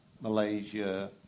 Malaysia